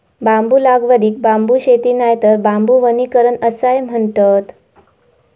बांबू लागवडीक बांबू शेती नायतर बांबू वनीकरण असाय म्हणतत